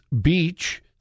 Beach